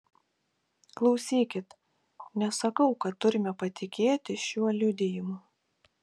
klausykit nesakau kad turime patikėti šiuo liudijimu